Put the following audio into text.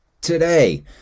Today